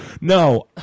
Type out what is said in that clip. No